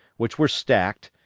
which were stacked,